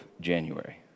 January